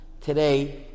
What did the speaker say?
today